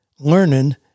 learning